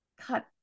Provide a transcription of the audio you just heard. cut